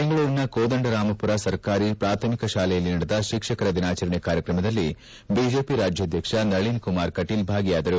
ಬೆಂಗಳೂರಿನ ಕೋದಂಡರಾಮಮರ ಸರ್ಕಾರಿ ಪಾಥಮಿಕ ಶಾಲೆಯಲ್ಲಿ ನಡೆದ ಶಿಕ್ಷಕರ ದಿನಾಚರಣೆ ಕಾರ್ಯಕ್ರಮದಲ್ಲಿ ಐಜೆಪಿ ರಾಜ್ಕಾಧ್ಯಕ್ಷ ನಳಿನ್ ಕುಮಾರ್ ಕಟೀಲ್ ಭಾಗಿಯಾದರು